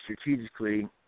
strategically